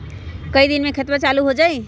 कई दिन मे खतबा चालु हो जाई?